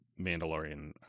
Mandalorian